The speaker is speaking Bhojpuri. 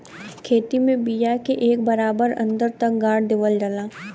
खेत में बिया के एक बराबर अन्दर तक गाड़ देवल जाला